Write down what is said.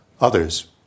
others